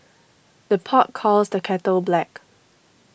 the pot calls the kettle black